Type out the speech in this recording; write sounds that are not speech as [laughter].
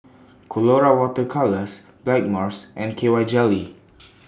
Colora Water Colours Blackmores and K Y Jelly [noise]